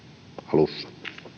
alussa